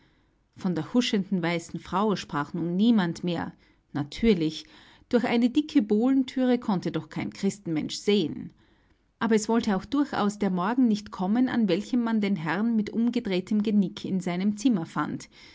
von der huschenden weißen frau sprach nun niemand mehr natürlich durch eine dicke bohlenthüre konnte doch kein christenmensch sehen aber es wollte auch durchaus der morgen nicht kommen an welchem man den herrn mit umgedrehtem genick in seinem zimmer fand